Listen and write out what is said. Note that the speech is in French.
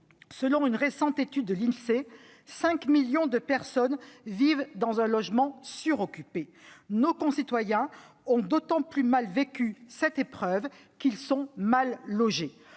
Selon une récente étude de l'Insee, 5 millions de personnes vivent dans un logement suroccupé. Nos concitoyens ont d'autant plus mal vécu cette épreuve qu'ils sont mal logés.